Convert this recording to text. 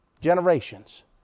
Generations